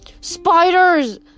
spiders